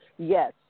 yes